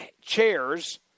chairs